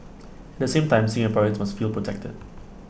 the same time Singaporeans must feel protected